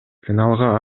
финалга